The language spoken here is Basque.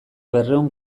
berrehun